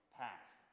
path